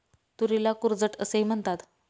तुरीला कूर्जेट असेही म्हणतात